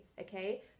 Okay